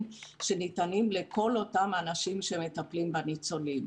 שניתנים לכל אותם האנשים שמטפלים בניצולים.